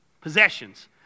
Possessions